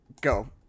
Go